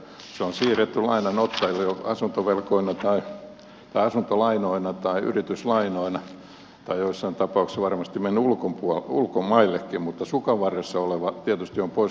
se on siirretty lainanottajille asuntolainoina tai yrityslainoina tai joissain tapauksissa varmasti mennyt ulkomaillekin mutta sukanvarressa oleva tietysti on pois kansantalouden käyttövoimasta